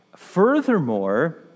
Furthermore